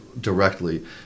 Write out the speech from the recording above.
directly